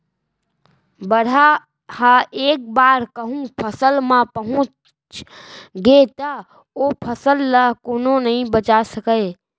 बरहा ह एक बार कहूँ फसल म पहुंच गे त ओ फसल ल कोनो नइ बचा सकय